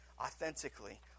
authentically